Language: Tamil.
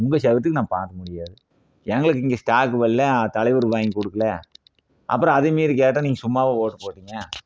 உங்கள் சவுகரியத்துக்கு நான் பார்க்க முடியாது எங்களுக்கு இங்கே ஸ்டாக்கு வரல்ல அது தலைவர் வாங்கி கொடுக்கல அப்புறோம் அதையும் மீறி கேட்டால் நீங்கள் சும்மாவா ஓட்டு போட்டிங்க